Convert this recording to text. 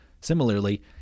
Similarly